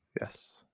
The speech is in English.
Yes